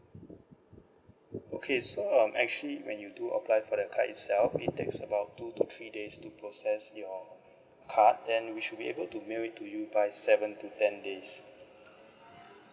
okay so um actually when you do apply for the card itself it takes about two to three days to process your card then we should be able to mail it to you by seven to ten days